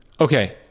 Okay